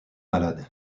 malades